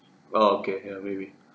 orh okay ya maybe